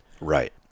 Right